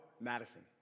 Madison